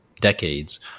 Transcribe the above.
decades